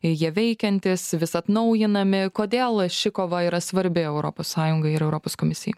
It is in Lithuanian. ir jie veikiantys vis atnaujinami kodėl ši kova yra svarbi europos sąjungai ir europos komisijai